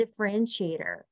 differentiator